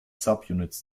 subunits